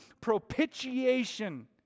propitiation